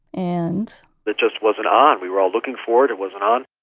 and that just wasn't on. we were all looking for it. it wasn't on.